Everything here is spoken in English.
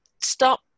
stop